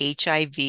HIV